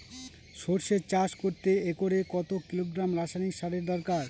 সরষে চাষ করতে একরে কত কিলোগ্রাম রাসায়নি সারের দরকার?